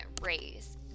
raise